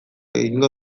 egingo